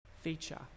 feature